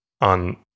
on